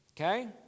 Okay